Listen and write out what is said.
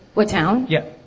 what town? yeah.